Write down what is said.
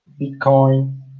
Bitcoin